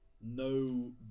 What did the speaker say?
no